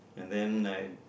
and then I